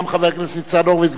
גם חבר הכנסת ניצן הורוביץ,